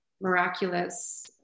miraculous